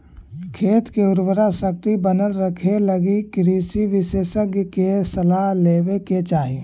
खेत के उर्वराशक्ति बनल रखेलगी कृषि विशेषज्ञ के सलाह लेवे के चाही